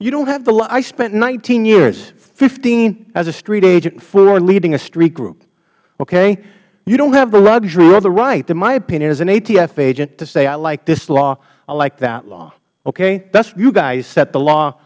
you don't have toh i spent hyears fifteen as a street agent four leading a street group okay you don't have the luxury or the right in my opinion as an atf agent to say i like this law i like that law okay that's you guys set the law